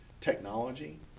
technology